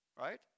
right